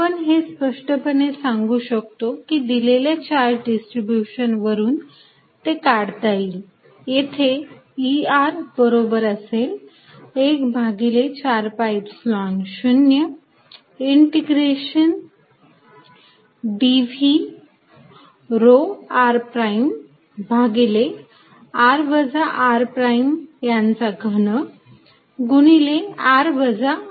आपण हे स्पष्टपणे सांगू शकतो की दिलेल्या चार्ज डिस्ट्रीब्यूशन वरून ते काढता येईल येथे E बरोबर असेल एक भागिले 4 pi Epsilon 0 इंटिग्रेशन dv रो r प्राईम भागिले r वजा r प्राईम चा घन गुणिले r वजा r प्राईम